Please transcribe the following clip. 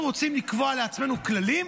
אנחנו רוצים לקבוע לעצמנו כללים,